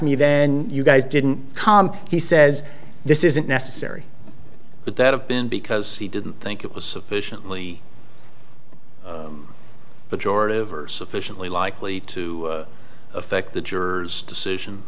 me then you guys didn't come he says this isn't necessary but that have been because he didn't think it was sufficiently but george ivar sufficiently likely to affect the jurors decision